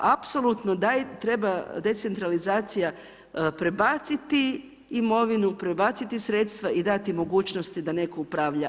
Apsolutno treba decentralizacija prebaciti imovinu, prebaciti sredstva i dati mogućnosti da netko upravlja.